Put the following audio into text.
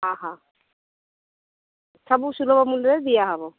ହଁ ହଁ ସବୁ ସୁଲଭ ମୂଲ୍ୟରେ ଦିଆ ହେବ